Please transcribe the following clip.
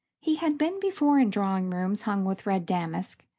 he had been before in drawing-rooms hung with red damask,